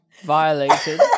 violated